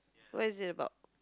what is it about